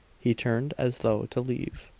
he turned as though to leave.